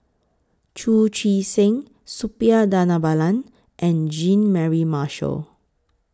Chu Chee Seng Suppiah Dhanabalan and Jean Mary Marshall